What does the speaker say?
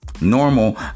normal